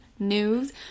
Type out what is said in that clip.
news